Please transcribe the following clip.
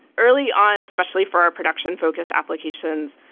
early on, especially for our production focused applications,